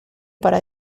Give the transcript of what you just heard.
para